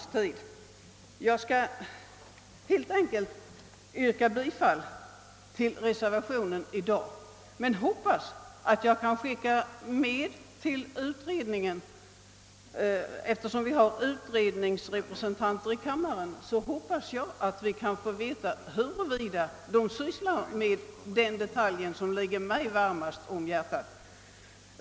Jag vill inskränka mig till att yrka bifall till reservationen. Men jag hoppas — eftersom vi har utredningsrepresentanter i kammaren — att vi kan få veta huruvida ” de sysslar med den detalj som ligger mig varmast om hjärtat.